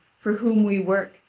for whom we work,